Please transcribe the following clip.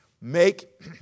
Make